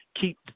keep